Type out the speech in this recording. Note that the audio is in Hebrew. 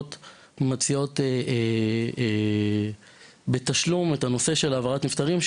מציעות בתשלום את העברת הנפטרים,